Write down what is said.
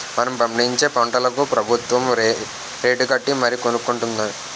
మనం పండించే పంటలకు ప్రబుత్వం రేటుకట్టి మరీ కొనుక్కొంటుంది